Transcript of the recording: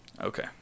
Okay